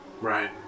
Right